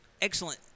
excellent